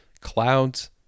clouds